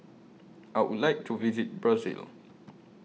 I Would like to visit Brazil